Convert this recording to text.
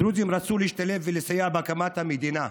הדרוזים רצו להשתלב ולסייע בהקמת המדינה,